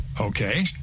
Okay